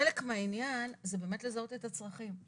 חלק מהעניין זה באמת לזהות את הצרכים.